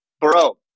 bro